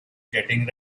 getting